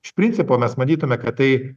iš principo mes manytume kad tai